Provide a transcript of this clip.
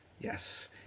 Yes